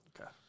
Okay